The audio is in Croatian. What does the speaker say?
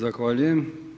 Zahvaljujem.